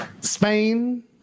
Spain